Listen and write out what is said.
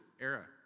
era